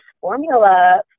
formula